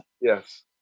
yes